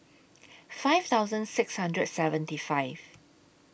five thousand six hundred seventy five